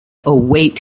await